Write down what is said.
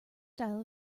style